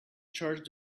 charged